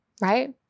right